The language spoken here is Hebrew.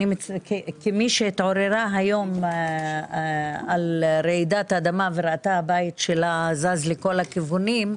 כמי שהתעוררה היום עם רעידת אדמה וראתה את הבית שלה זז לכל הכיוונים,